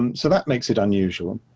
um so that makes it unusual.